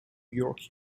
york